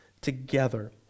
together